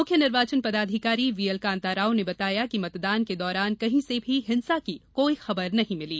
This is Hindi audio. मुख्य निर्वाचन पदाधिकारी वी एल कांताराव ने बताया कि मतदान के दौरान कहीं से भी हिंसा की कोई खंबर नहीं मिली